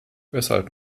weshalb